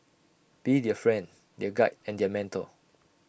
be their friend their guide and their mentor